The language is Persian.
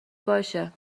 باشه